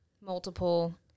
multiple